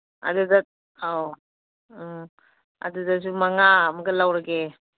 ꯑꯗꯨꯗ ꯑꯧ ꯑꯗꯨꯗꯁꯨ ꯃꯉꯥ ꯑꯃꯒ ꯂꯧꯔꯒꯦ